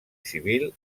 civil